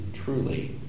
truly